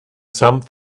some